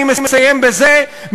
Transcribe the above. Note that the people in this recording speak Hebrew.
אני מסיים בזה.